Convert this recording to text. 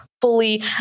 fully